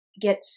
get